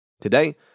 Today